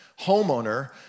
homeowner